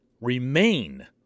remain